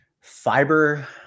fiber